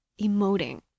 emoting